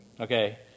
Okay